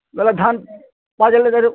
ବେଲେ ଧାନ୍ ପାଚିଲେ ଆରୁ